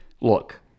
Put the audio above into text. look